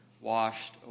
washed